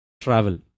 travel